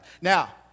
Now